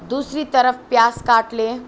دوسری طرف پیاز کاٹ لیں